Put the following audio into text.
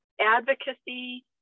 advocacy